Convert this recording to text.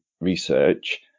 research